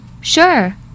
Sure